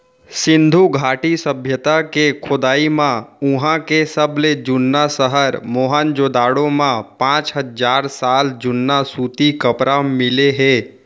सिंधु घाटी सभ्यता के खोदई म उहां के सबले जुन्ना सहर मोहनजोदड़ो म पांच हजार साल जुन्ना सूती कपरा मिले हे